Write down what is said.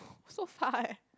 so far leh